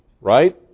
right